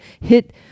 hit